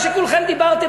האם אתם